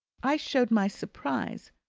i showed my surprise,